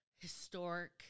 historic